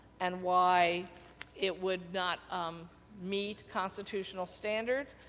and why it would not um meet constitutional standards,